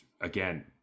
again